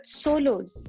solos